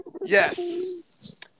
Yes